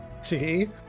See